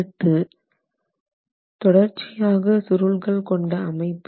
அடுத்து தொடர்ச்சியான சுருள்கள் கொண்ட அமைப்பு